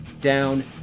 down